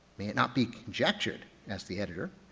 may it not be conjectured, that's the editor,